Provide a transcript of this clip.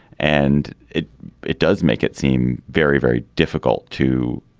and it it does make it seem very very difficult to